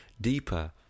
deeper